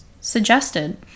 suggested